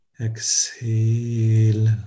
exhale